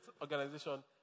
organization